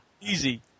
Easy